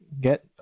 get